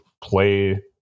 play